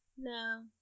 no